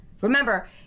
Remember